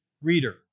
reader